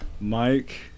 Mike